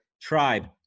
tribe